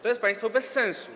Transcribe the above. To jest państwo bez sensu.